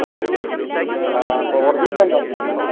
ആ ഇപ്പോൾ ഒറിജിനൽ ആണോ തരേണ്ടത് നിങ്ങൾക്ക്